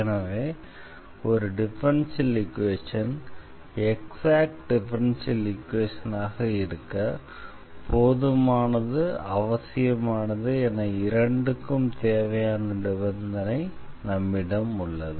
எனவே ஒரு differential equation exact differential ஈக்வேஷனாக இருக்க போதுமானது அவசியமானது என இரண்டுக்கும் தேவையான நிபந்தனை நம்மிடம் உள்ளது